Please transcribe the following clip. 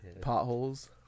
potholes